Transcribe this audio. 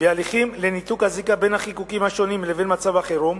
בהליכים לניתוק הזיקה בין החיקוקים השונים לבין מצב החירום,